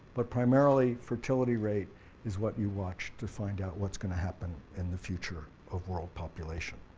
but primarily fertility rate is what you watch to find out what's going to happen in the future of world population,